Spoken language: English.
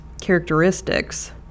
characteristics